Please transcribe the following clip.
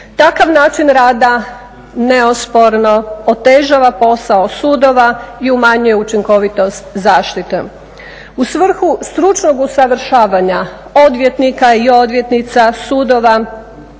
Takav način rada neosporno otežava posao sudova i umanjuje učinkovitost zaštite. U svrhu stručnog usavršavanja odvjetnika i odvjetnica, sudaca